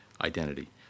identity